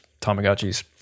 Tamagotchis